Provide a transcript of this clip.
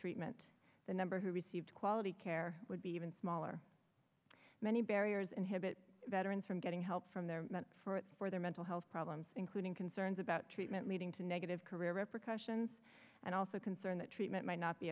treatment the number who received quality care would be even smaller many barriers inhibit veterans from getting help from their meant for for their mental health problems including concerns about treatment leading to negative career repr questions and also concern that treatment might not be